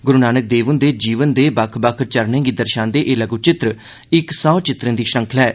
गुरू नानक देव हुंदे जीवन दे बक्ख बक्ख चरण गी दर्शादे एह लघु चित्र इक सौ चित्रेंद ी श्रृंखला ऐ